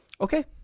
Okay